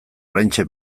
oraintxe